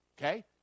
okay